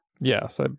Yes